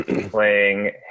playing